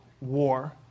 war